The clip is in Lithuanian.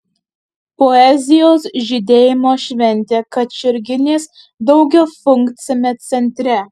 poezijos žydėjimo šventė kačerginės daugiafunkciame centre